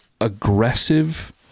aggressive